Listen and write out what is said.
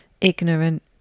ignorant